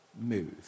move